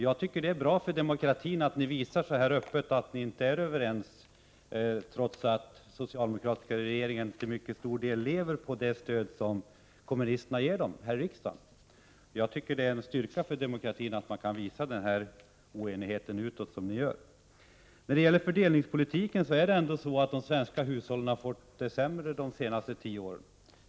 Jag tycker det är bra för demokratin att ni så öppet visar att ni inte är överens, trots att den socialdemokratiska regeringen till mycket stor del lever på det stöd som kommunisterna ger dem här i rikdagen. Jag tycker det är en styrka för demokratin att man kan visa den oenigheten utåt som ni gör. När det gäller fördelningspolitiken vill jag säga att det ändå är så att de svenska hushållen fått det sämre de senaste tio åren.